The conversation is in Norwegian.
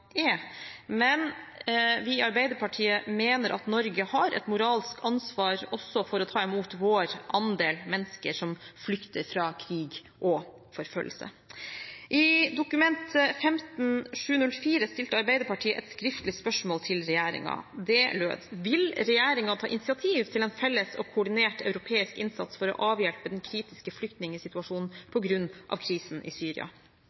men vi i Arbeiderpartiet mener at Norge har et moralsk ansvar også for å ta imot vår andel av mennesker som flykter fra krig og forfølgelse. I Dokument nr. 15:704 stilte Arbeiderpartiet et skriftlig spørsmål til regjeringen. Det lød: «Vil statsråden ta initiativ til en felles og koordinert europeisk innsats for å avhjelpe den kritiske flyktningsituasjonen på grunn av krisen i Syria?»